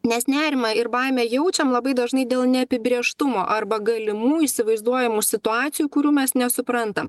nes nerimą ir baimę jaučiam labai dažnai dėl neapibrėžtumo arba galimų įsivaizduojamų situacijų kurių mes nesuprantam